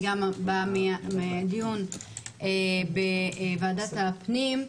אני גם באה מדיון בוועדת הפנים.